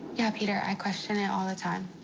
yeah peter, i question it all the time.